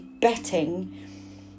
betting